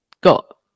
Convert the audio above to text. got